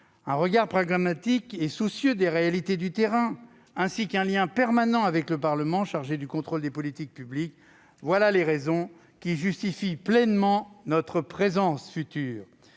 Un regard pragmatique et soucieux des réalités du terrain, ainsi qu'un lien permanent avec le Parlement, chargé du contrôle des politiques publiques : voilà les raisons qui justifient pleinement notre présence future